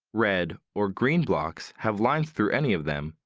red, or green blocks have lines through any of them,